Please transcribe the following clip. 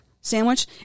sandwich